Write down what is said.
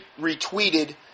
retweeted